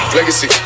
Legacy